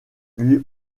lui